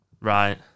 Right